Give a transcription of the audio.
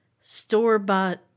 store-bought